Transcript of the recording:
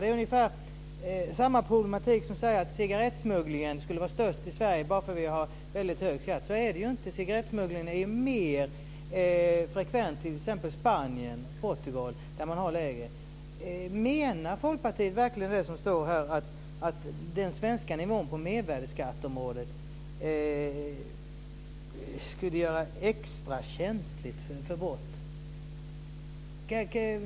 Det är ungefär samma sak som att säga att cigarettsmugglingen skulle vara störst i Sverige bara för att vi har väldigt hög skatt. Så är det ju inte. Cigarettsmugglingen är ju mer frekvent i t.ex. Spanien och Portugal där man har lägre skatt. Menar Folkpartiet verkligen det som står här om att den svenska nivån på mervärdesskatten gör Sverige extra känsligt för brott?